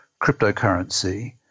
cryptocurrency